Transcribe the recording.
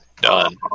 Done